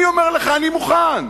אני אומר לך: אני מוכן.